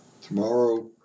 tomorrow